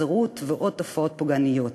התאכזרות ועוד תופעות פוגעניות.